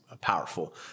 powerful